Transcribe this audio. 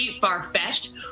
far-fetched